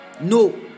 No